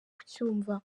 kucyumva